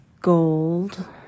gold